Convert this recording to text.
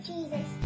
Jesus